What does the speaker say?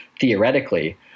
theoretically